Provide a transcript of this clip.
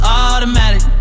automatic